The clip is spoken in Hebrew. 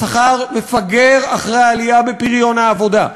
השכר מפגר אחרי העלייה בפריון העבודה.